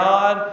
God